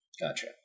Gotcha